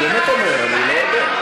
אני באמת אומר, אני לא יודע.